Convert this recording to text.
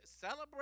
Celebrate